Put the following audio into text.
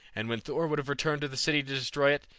and when thor would have returned to the city to destroy it,